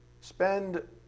spend